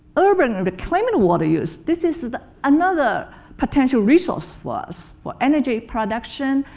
urban and reclaimed water use. this is another potential resource for us for energy production.